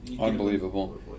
Unbelievable